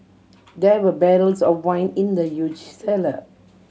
there were barrels of wine in the huge cellar